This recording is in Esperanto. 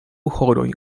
horoj